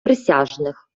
присяжних